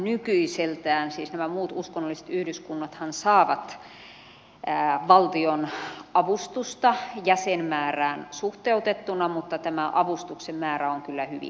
siis nämä muut uskonnolliset yhdyskunnathan saavat val tionavustusta jäsenmäärään suhteutettuna mutta tämä avustuksen määrä on kyllä hyvin pieni